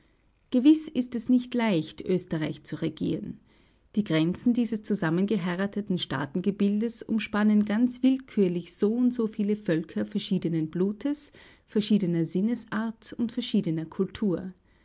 gewiß ist es nicht leicht österreich zu regieren die grenzen dieses zusammengeheirateten staatengebildes umspannen ganz willkürlich so und so viele völker verschiedenen blutes verschiedener sinnesart und verschiedener kultur